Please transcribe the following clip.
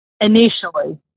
initially